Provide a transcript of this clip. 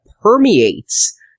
permeates